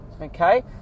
okay